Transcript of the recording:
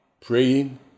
praying